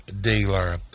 dealer